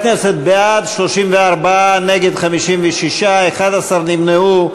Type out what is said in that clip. חברי הכנסת, בעד, 34, נגד, 56, 11 נמנעו.